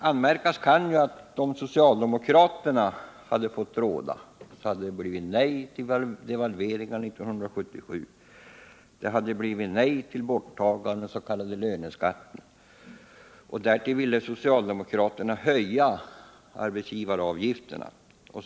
Anmärkas kan också att om socialdemokraterna fått råda hade det blivit nej till devalveringen 1977 och nej till borttagande av den s.k. löneskatten, och därtill ville socialdemokraterna höja arbetsgivaravgifterna.